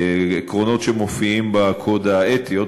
עקרונות שמופעים בקוד האתי.